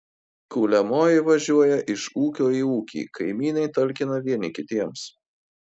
kuliamoji važiuoja iš ūkio į ūkį kaimynai talkina vieni kitiems